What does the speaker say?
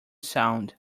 sound